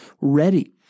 ready